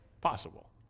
Possible